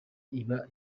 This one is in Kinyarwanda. iba